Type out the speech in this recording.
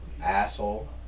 asshole